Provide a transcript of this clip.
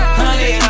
Honey